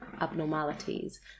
abnormalities